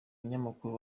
munyamakuru